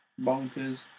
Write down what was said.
bonkers